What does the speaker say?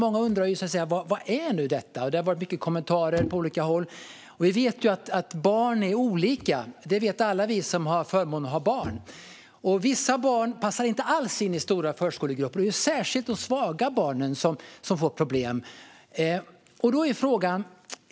Många undrar vad detta är, och det har varit många kommentarer på olika håll. Alla vi som har förmånen att ha barn vet att barn är olika. Vissa barn passar inte alls in i stora förskolegrupper, och särskilt de svaga barnen får problem.